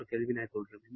4 kJK ആയി തുടരും